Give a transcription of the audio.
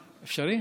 אפשרי?